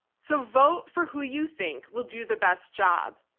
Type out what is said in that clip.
so vote for who you think will do the best job.